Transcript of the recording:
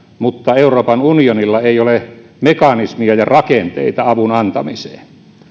mutta euroopan unionilla ei ole mekanismia ja rakenteita avun antamiseen